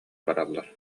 бараллар